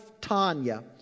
Tanya